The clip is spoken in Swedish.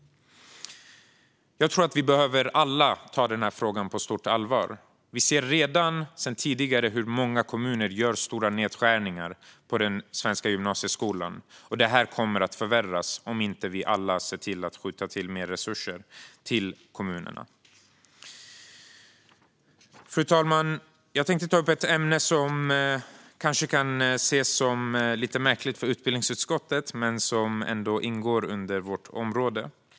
Jag tror att vi alla behöver ta frågan på stort allvar. Vi har redan sedan tidigare sett hur många kommuner gör stora nedskärningar på den svenska gymnasieskolan, och det här kommer att förvärras om vi inte alla ser till att skjuta till mer resurser till kommunerna. Fru talman! Jag tänkte ta upp ett ämne som kanske kan ses som lite märkligt för utbildningsutskottet men som ändå ingår i vårt område.